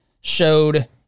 showed